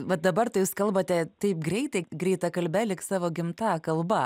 vat dabar tai jūs kalbate taip greitai greitakalbe lyg savo gimta kalba